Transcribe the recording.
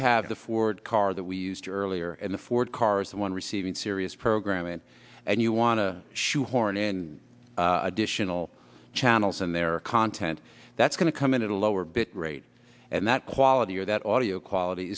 have the ford car that we used earlier and the ford cars the one receiving serious programming and you want to shoehorn in additional channels and they are content that's going to come in at a lower bit rate and that quality or that audio quality